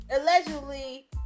allegedly